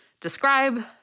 describe